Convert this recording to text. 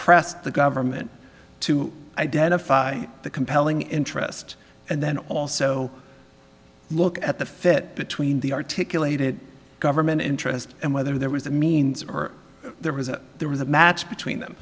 pressed the government to identify the compelling interest and then also look at the fit between the articulated government interest and whether there was a means or there was a there was a match between them